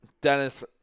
Dennis